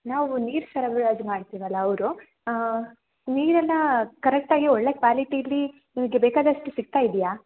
ನಾವು ನೀರು ಸರಬರಾಜು ಮಾಡ್ತೀವಲ್ಲ ಅವರು ನೀರೆಲ್ಲ ಕರೆಕ್ಟಾಗೆ ಒಳ್ಳೆಯ ಕ್ವಾಲಿಟೀಲಿ ನಿಮಗೆ ಬೇಕಾದಷ್ಟು ಸಿಗ್ತ ಇದೆಯಾ